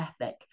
ethic